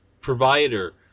provider